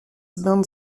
band